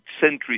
centuries